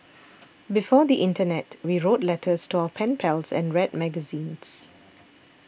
before the internet we wrote letters to our pen pals and read magazines